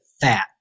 fat